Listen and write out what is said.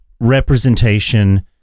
representation